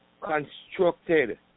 constructed